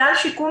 סל שיקום,